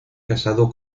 casado